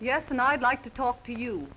yes and i'd like to talk to you